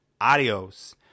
adios